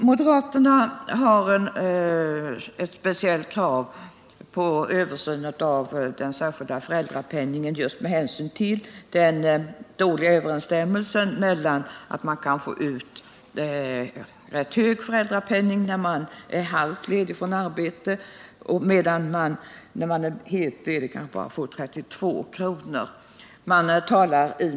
Moderaterna ställer krav på översyn av den särskilda föräldrapenningen med hänsyn till den dåliga överensstämmelsen: man kan få ut rätt hög föräldrapenning när man är halvt ledig från arbetet, medan man när man är helt ledig kan få bara 32 kr.